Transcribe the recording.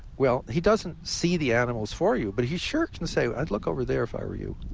well, he doesn't see the animals for you, but he sure can say, i'd look over there if i were you,